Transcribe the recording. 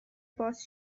باز